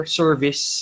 service